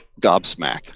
gobsmacked